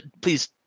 Please